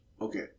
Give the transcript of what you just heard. Okay